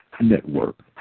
network